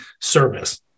service